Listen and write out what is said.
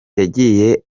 yagiye